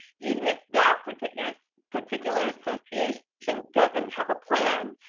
even if that particular so particular association doesn't have a plan,